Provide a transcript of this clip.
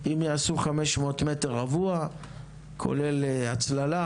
ואם יעשו 500 מטר רבוע כולל הצללה,